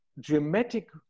dramatic